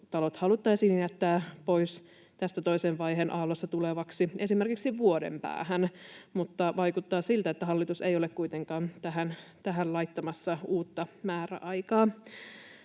haluttaisiin jättää pois tästä toisen vaiheen aallossa tulevaksi, esimerkiksi vuoden päähän, mutta vaikuttaa siltä, että hallitus ei ole kuitenkaan tähän laittamassa uutta määräaikaa.